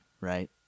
Right